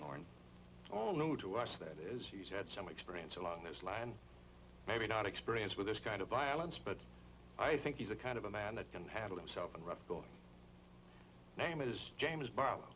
horn all new to us that is he had some experience along this line maybe not experience with this kind of violence but i think he's a kind of a man that can handle himself in rough going name is james bo